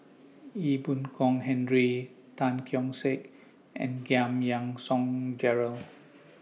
Ee Boon Kong Henry Tan Keong Saik and Giam Yean Song Gerald